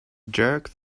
jerk